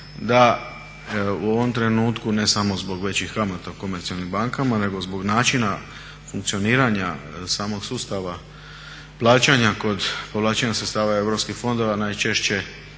da u ovom trenutku ne samo zbog većih kamata komercijalnim bankama nego zbog načina funkcioniranja samog sustava plaćanja kod povlačenja sredstava europskih fondova najčešće